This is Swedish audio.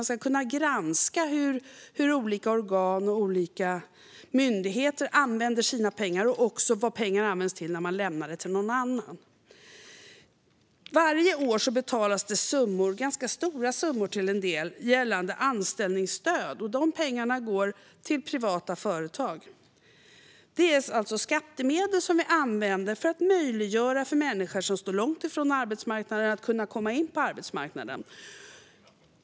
Man ska kunna granska hur olika organ och myndigheter använder sina pengar och också vad pengarna används till när man lämnar dem till någon annan. Varje år betalas ganska stora summor ut till en del avseende anställningsstöd. Dessa pengar går till privata företag. Detta är skattemedel som vi använder för att möjliggöra för människor som står långt ifrån arbetsmarknaden att kunna komma in på den.